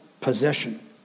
possession